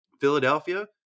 Philadelphia